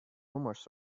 rumors